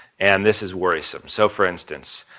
and this is worrisome. so for instance,